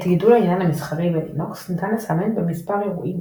את גידול העניין המסחרי בלינוקס ניתן לסמן במספר אירועים